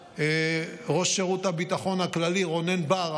אמר ראש שירות הביטחון הכללי רונן בר,